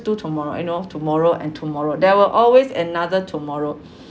do tomorrow eh no tomorrow and tomorrow there will always another tomorrow